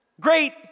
great